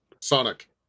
Sonic